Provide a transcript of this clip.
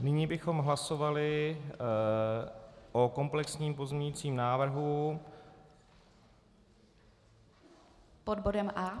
Nyní bychom hlasovali o komplexním pozměňovacím návrhu pod bodem A.